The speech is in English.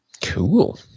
Cool